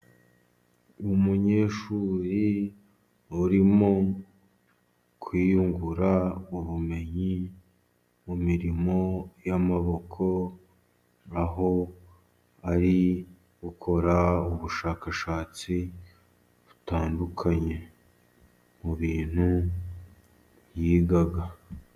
Umunyeshuri urimo kwiyungura ubumenyi mu mirimo y'amaboko, aho ari gukora ubushakashatsi butandukanye mu bintu yiga.